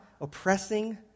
oppressing